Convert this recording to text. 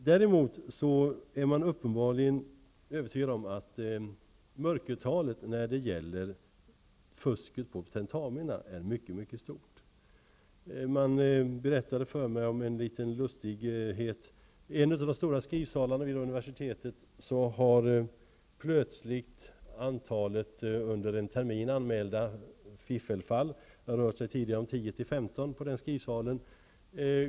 Däremot är man uppenbarligen övertygad om att mörkertalet för fusk vid tentamina är mycket stort. Jag fick höra en liten lustighet. För en av de stora skrivsalarna vid universitetet har plötsligt antalet under en termin anmälda fall av fiffel minskat till tre. Det har tidigare rört sig om 10--15 för den skrivsalen.